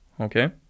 okay